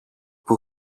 που